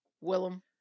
Willem